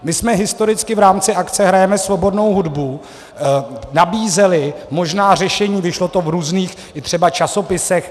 My jsme historicky v rámci akce Hrajeme svobodnou hudbu nabízeli možná řešení, vyšlo to v různých i třeba časopisech.